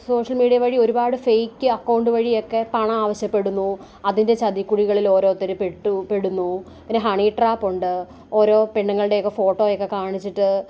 social media വഴി ഒരുപാട് fake account വഴിയൊക്കെ പണം ആവശ്യപ്പെടുന്നു അതിൻ്റെ ചതിക്കുഴികളിൽ ഓരോരുത്തർ പെട്ടു പെടുന്നു പിന്നെ ഹണി ട്രാപ്പുണ്ട് ഓരോ പെണ്ണുങ്ങളുടെയൊക്കെ ഫോട്ടോയൊക്കെ കാണിച്ചിട്ട്